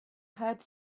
hat